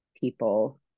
people